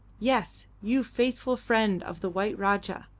yes, you faithful friend of the white rajah,